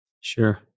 sure